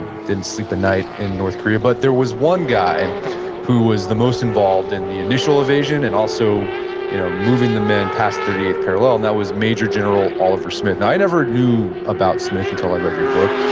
didn't sleep in north korea but there was one guy and who was the most involved in the initial invasion and also you know moving the men past thirty eighth parallel and that was major general oliver smith. and i never knew about smith until i read your book.